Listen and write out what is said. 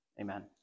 amen